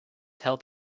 tell